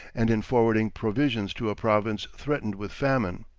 and in forwarding provisions to a province threatened with famine.